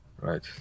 Right